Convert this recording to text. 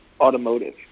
automotive